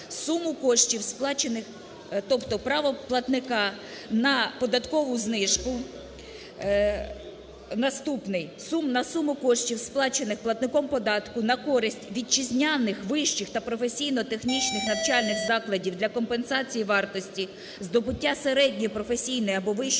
суму коштів, сплачених платником податку на користь вітчизняних вищих та професійно-технічних навчальних закладів для компенсації вартості здобуття середньої професійної або вищої